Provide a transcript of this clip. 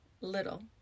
little